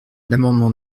l’amendement